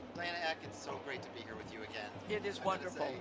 diane eck, it's so great to be here with you again. it is wonderful.